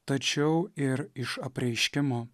tačiau ir iš apreiškimo